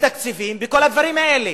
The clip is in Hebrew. בתקציבים ובכל הדברים האלה.